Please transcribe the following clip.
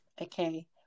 Okay